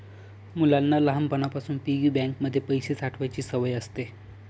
मुलांना लहानपणापासून piggy bank मध्ये पैसे साठवायची सवय असते